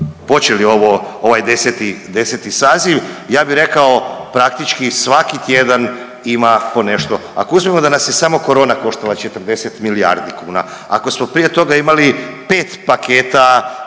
počeli ovaj 10. saziv, ja bi rekao praktički svaki tjedan ima po nešto. Ako uzmemo da nas je samo korona koštala 40 milijardi kuna, ako smo prije toga imali pet paketa